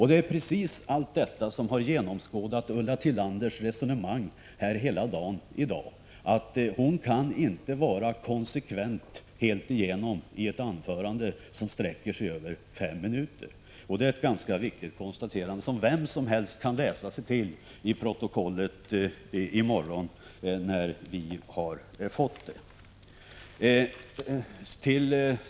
Det är precis detta som gör att man genomskådar Ulla Tillanders resonemang här i dag — att hon inte kan vara konsekvent alltigenom i ett anförande som sträcker sig över fem minuter. Det är ett ganska viktigt konstaterande, som vem som helst kan göra genom att läsa i protokollet i morgon, när vi har fått det.